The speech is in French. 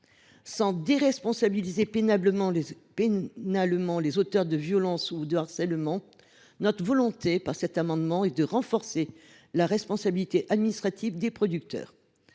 Sans déresponsabiliser pénalement les auteurs de violences ou de harcèlement, notre volonté, par cet amendement, est de renforcer la responsabilité administrative des producteurs.